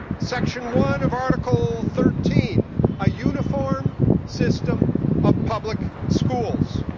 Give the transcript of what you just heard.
section one of article thirteen a uniform system of public schools.